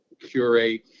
curate